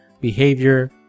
behavior